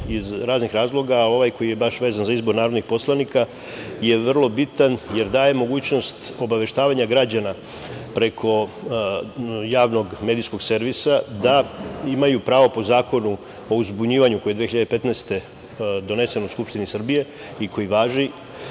iz raznih razloga, a ovaj koji je baš vezan za izbor narodnih poslanika je vrlo bitan jer daje mogućnost obaveštavanja građana preko javnog medijskog servisa da imaju pravo po Zakonu o uzbunjivanju koji je 2015. godine donesen u Skupštini Srbije i koji važi,